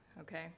okay